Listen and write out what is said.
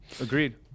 Agreed